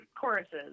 choruses